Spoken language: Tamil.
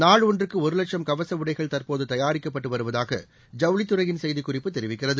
நாள் ஒன்றுக்கு ஒரு லட்சம் கவச உடைகள் தற்போது தயாரிக்கப்பட்டு வருவதாக ஜவுளித்துறையின் செய்திக்குறிப்பு தெரிவிக்கிறது